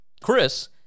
Chris